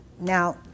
Now